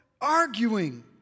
arguing